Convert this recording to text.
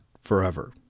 forever